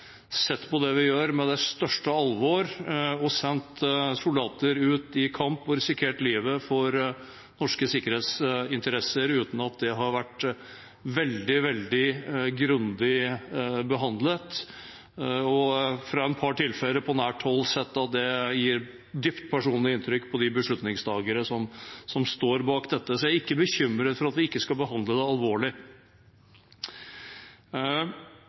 sett på det vi gjør, med det største alvor, men sendt soldater ut i kamp og risikert livet for norske sikkerhetsinteresser uten at det har vært veldig grundig behandlet. Jeg har i et par tilfeller på nært hold sett at det gjør et dypt personlig inntrykk på de beslutningstakere som står bak dette. Så jeg er ikke bekymret for at vi ikke skal behandle det alvorlig.